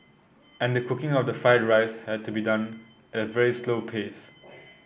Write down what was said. and the cooking of the fried rice has to be done at a very slow pace